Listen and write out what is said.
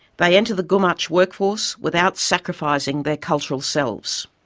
they enter the gumatj workforce without sacrificing their cultural selves.